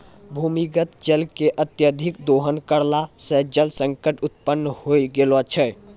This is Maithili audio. भूमीगत जल के अत्यधिक दोहन करला सें जल संकट उत्पन्न होय गेलो छै